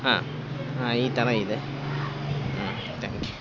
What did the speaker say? ಹಾಂ ಹಾಂ ಈ ಥರ ಇದೆ ಥ್ಯಾಂಕ್ ಯು